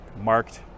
marked